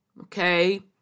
okay